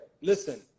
Listen